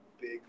big